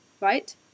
Right